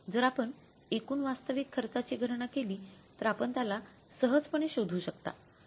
जर आपण एकूण वास्तविक खर्चाची गणना केलीतर आपण त्याला सहजपणे शोधू शकता